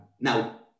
Now